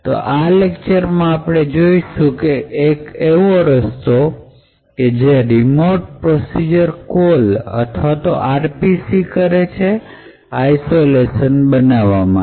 તો આ લેક્ચર માં આપણે જોઈશું કે એક એવો રસ્તો કે જે રીમોટ પ્રોસિજર કોલ અથવા RPC કરે છે આઇસોલેસન બનાવવા માટે